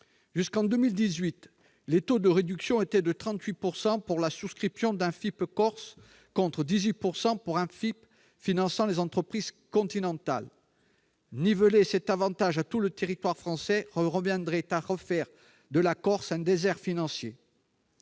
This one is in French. Jusqu'en 2018, les taux de réduction étaient de 38 % pour la souscription d'un FIP Corse, contre 18 % pour un FIP finançant des entreprises continentales. Niveler cet avantage sur l'ensemble du territoire français reviendrait à refaire de la Corse un désert financier.